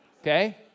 Okay